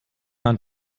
hand